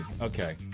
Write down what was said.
Okay